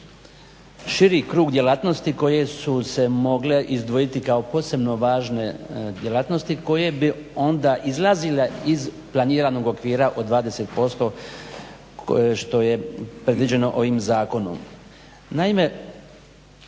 širi krug djelatnosti koje su se mogle izdvojiti kao posebno važne djelatnosti koje bi onda izlazile iz planiranog okvira po 20% što je predviđeno ovim zakonom.